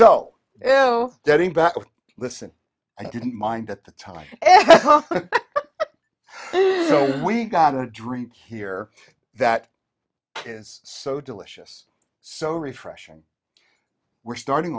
of listen i didn't mind at the time so we got a drink here that is so delicious so refreshing we're starting